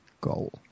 goal